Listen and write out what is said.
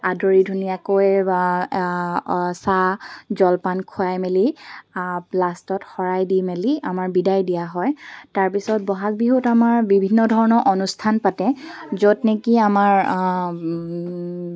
আদৰি ধুনীয়াকৈ চাহ জলপান খুৱাই মেলি লাষ্টত শৰাই দি মেলি আমাৰ বিদায় দিয়া হয় তাৰপিছত বহাগ বিহুত আমাৰ বিভিন্ন ধৰণৰ অনুষ্ঠান পাতে য'ত নেকি আমাৰ